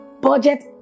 budget